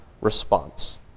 response